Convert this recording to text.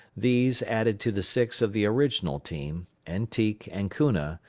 these, added to the six of the original team, and teek and koona,